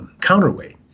counterweight